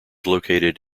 located